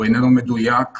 הוא איננו מדויק.